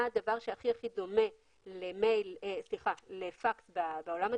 הדבר שהכי דומה לפקס בעולם הדיגיטלי,